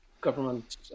government